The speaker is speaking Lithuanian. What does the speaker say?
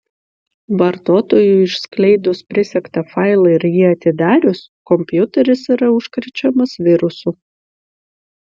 vartotojui išskleidus prisegtą failą ir jį atidarius kompiuteris yra užkrečiamas virusu